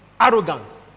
Arrogance